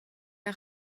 aux